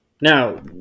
Now